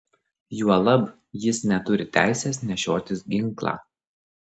juolab jis neturi teisės nešiotis ginklą